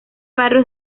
barrio